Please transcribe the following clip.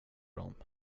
dem